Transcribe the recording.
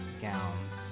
gowns